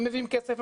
הם מביאים כסף,